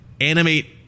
animate